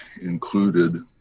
included